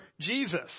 Jesus